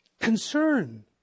concern